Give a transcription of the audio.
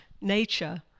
nature